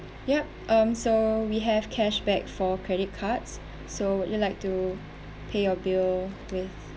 yup um so we have cashback for credit cards so would you like to pay your bill with